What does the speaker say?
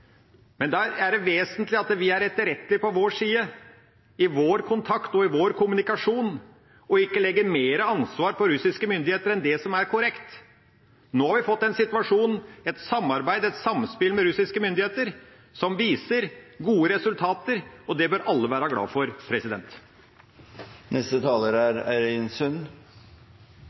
men der er det vesentlig at vi er etterrettelige på vår side, i vår kontakt og i vår kommunikasjon, og ikke legger mer ansvar på russiske myndigheter enn det som er korrekt. Nå har vi fått en situasjon, et samarbeid og et samspill med russiske myndigheter som viser gode resultater. Det bør alle være glad for. Jeg vet ikke om det er